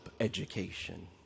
education